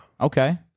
Okay